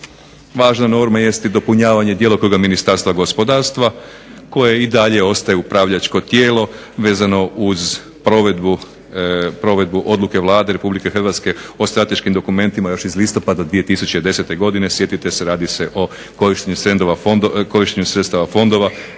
Važna norma jest i dopunjavanje djelokruga Ministarstva gospodarstva koje i dalje ostaje upravljačko tijelo vezano uz provedbu odluke Vlade RH o strateškim dokumentima još iz listopada 2010. godine. Sjetite se radi se o korištenju sredstava fondova